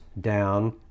down